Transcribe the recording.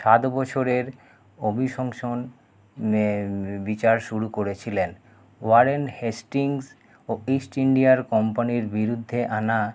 সাত বছরের অভিশংসনের বিচার শুরু করেছিলেন ওয়ারেন হেস্টিং ও ইস্ট ইন্ডিয়ার কোম্পানির বিরুদ্ধে আনা